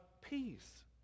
peace